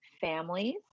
families